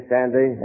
Sandy